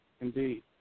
Indeed